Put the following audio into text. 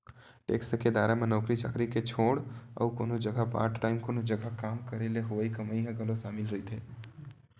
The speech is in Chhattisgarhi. टेक्स के दायरा म नौकरी चाकरी के छोड़ अउ कोनो जघा पार्ट टाइम कोनो जघा काम करे ले होवई कमई ह घलो सामिल रहिथे